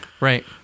Right